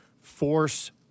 force